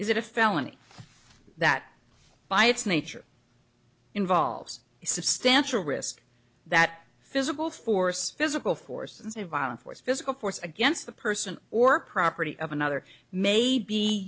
is it a felony that by its nature involves substantial risk that physical force physical force and a violent force physical force against the person or property of another may be